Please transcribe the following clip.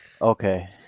Okay